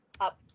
up